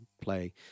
play